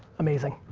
amazing.